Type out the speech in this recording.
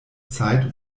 zeit